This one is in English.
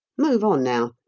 move on, now,